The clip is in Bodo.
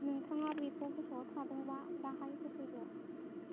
नोंथाङा बेखौ गोसोयाव थादोंबा दाहाय होफैदो